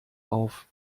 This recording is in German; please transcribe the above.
auf